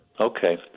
Okay